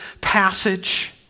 passage